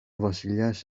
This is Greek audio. βασιλιάς